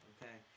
Okay